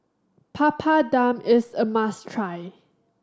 Papadum is a must try